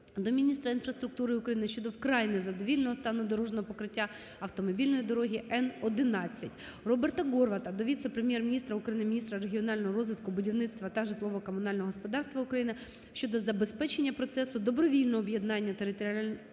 до міністра інфраструктури України щодо вкрай незадовільного стану дорожнього покриття автомобільної дороги Н-11. Роберта Горвата до віце-прем’єр-міністра України - міністра регіонального розвитку, будівництва та житлово-комунального господарства України щодо забезпечення процесу добровільного об’єднання територіальних